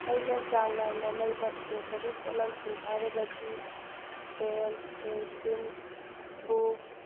ꯑꯩꯅ ꯆꯥꯡ ꯅꯥꯏꯅ ꯂꯩꯕ ꯏꯁꯇꯦꯁꯅꯔꯤ ꯄꯣꯠꯂꯝꯁꯤꯡ ꯍꯥꯏꯔꯒꯗꯤ ꯄꯦꯟ ꯄꯦꯟꯁꯤꯟ ꯕꯨꯛꯁ